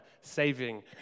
saving